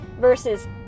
versus